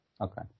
Okay